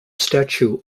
statue